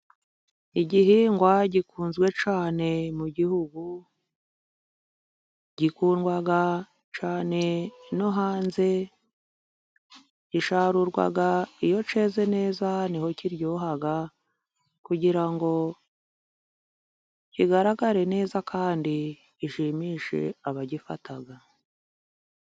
Igihingwa gikunzwe cyane mu gihugu， gikundwa cyane no hanze， gisarurwa iyo cyeze neza， niho kiryoha kugira ngo kigaragare neza， kandi gishimishe abagifata.